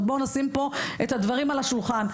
בואו נשים פה את הדברים על השולחן.